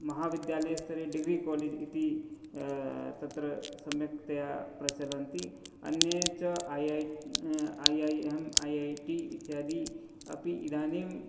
महाविद्यालयस्तरे degree college इति तत्र सम्यक्तया प्रचलन्ति अन्ये च I I I I M I I T इत्यादि अपि इदानीं